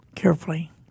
carefully